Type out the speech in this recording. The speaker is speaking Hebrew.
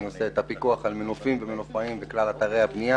אני עושה את הפיקוח על מנופים ומנופאים בכלל אתרי הבנייה